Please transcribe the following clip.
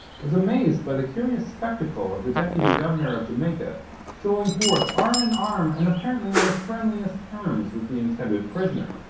was amazed by the curious spectacle of the deputy-governor of jamaica strolling forth arm in arm and apparently on the friendliest terms with the intended prisoner.